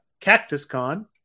CactusCon